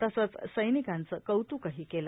तसंच सैनिकांचं कौत्कही केलं